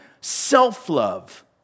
self-love